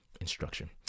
instruction